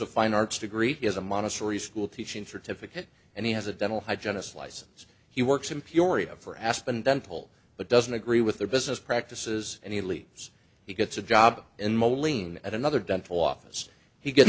of fine arts degree is a montessori school teaching certificate and he has a dental hygienist license he works in peoria for aspen dental but doesn't agree with their business practices and he leaves he gets a job in moline at another dental office he get